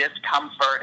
discomfort